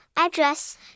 address